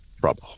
trouble